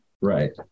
Right